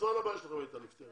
מזמן הבעיה שלכם הייתה נפתרת.